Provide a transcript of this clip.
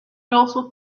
also